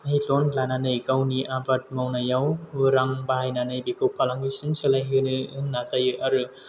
हाय ल'न लानानै गावनि आबाद मावनायाव रां बाहायनानै बेखौ फालांगिसिम सोलायहोनो नाजायो आरो